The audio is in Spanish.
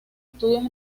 estudios